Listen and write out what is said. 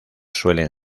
suelen